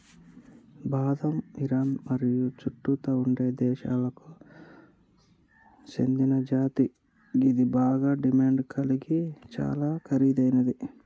బాదం ఇరాన్ మరియు చుట్టుతా ఉండే దేశాలకు సేందిన జాతి గిది బాగ డిమాండ్ గలిగి చాలా ఖరీదైనది